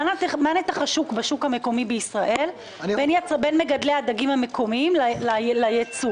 מה נתח השוק בשוק המקומי בישראל בין מגדלי הדגים המקומיים לבין הייבוא?